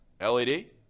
LED